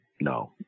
no